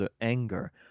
anger